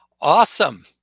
Awesome